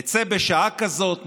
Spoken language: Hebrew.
נצא בשעה כזאת,